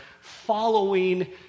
following